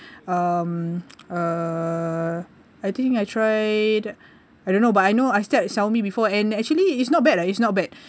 um uh I think I tried I don't know but I know I tried Xiaomi before and actually it's not bad leh it's not bad